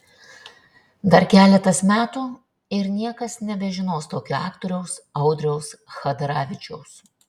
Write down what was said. dar keletas metų ir niekas nebežinos tokio aktoriaus audriaus chadaravičiaus